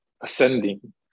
ascending